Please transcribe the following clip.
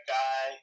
guy